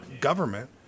government